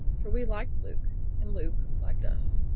for we liked luke and luke liked us.